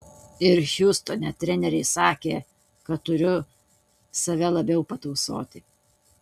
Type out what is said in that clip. ir hjustone treneriai sakė kad turiu save labiau patausoti